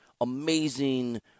amazing